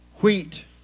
wheat